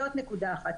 זאת נקודה אחת.